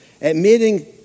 admitting